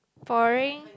boring